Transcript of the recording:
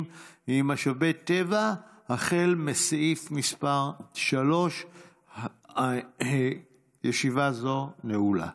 ממשאבי טבע החל מסעיף מס' 3. ישיבה זו נעולה.